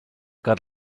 got